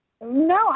no